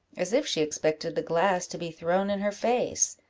as if she expected the glass to be thrown in her face.